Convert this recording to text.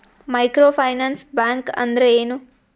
Micro finance bank ಅಂದ್ರ ಏನು?